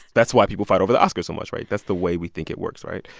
that's why people fight over the oscars so much, right? that's the way we think it works, right?